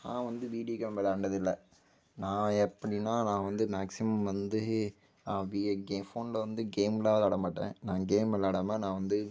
நான் வந்து video game விளாயாண்டது இல்லை நான் எப்படின்னா நான் வந்து மேக்ஸிமம் வந்து நான் வியே கேம் என் ஃபோனில் வந்து கேமெலாம் விளாயாட மாட்டேன் நான் கேம் விளாயாடாம நான் வந்து